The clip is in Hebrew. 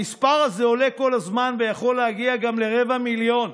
המספר הזה עולה כל הזמן ויכול להגיע גם לרבע מיליון.